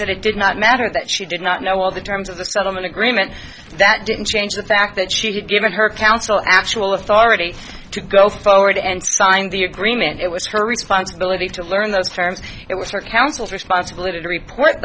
today did not matter that she did not know all the terms of the settlement agreement that didn't change the fact that she had given her council actual authority to go forward and signed the agreement it was her responsibility to learn those terms it was her councils responsibility to report